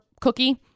cookie